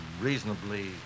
reasonably